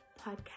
Podcast